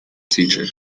teacher